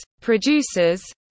producers